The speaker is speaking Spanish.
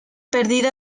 perdido